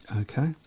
Okay